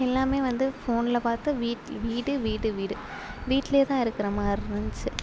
எல்லாமே வந்து ஃபோனில் பார்த்து வீட் வீடு வீடு வீடு வீட்லையே தான் இருக்கிற மாதிரி இருந்துச்சு